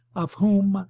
of whom,